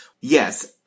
Yes